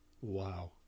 Wow